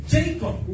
jacob